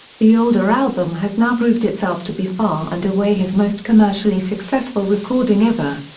the older album has now proved itself to be far and away his most commercially successful recording ever.